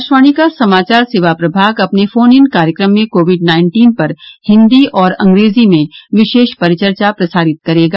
आकाशवाणी का समाचार सेवा प्रभाग अपने फोन इन कार्यक्रम में कोविड नाइन्टीन पर हिंदी और अंग्रेजी में विशेष परिचर्चा प्रसारित करेगा